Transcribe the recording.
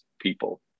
people